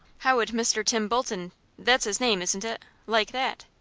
how would mr. tim bolton that's his name, isn't it like that?